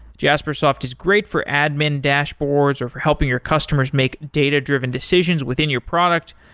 jaspersoft is great for admin dashboards or for helping your customers make data-driven decisions within your product,